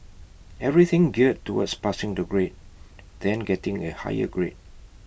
everything geared towards passing the grade then getting A higher grade